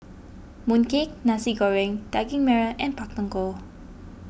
Mooncake Nasi Goreng Daging Merah and Pak Thong Ko